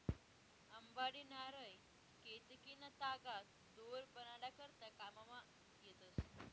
अंबाडी, नारय, केतकीना तागा दोर बनाडा करता काममा येतस